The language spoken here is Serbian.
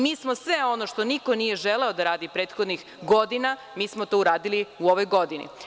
Mi smo sve ono što niko nije želeo da radi prethodnih godina, mi smo to uradili u ovoj godini.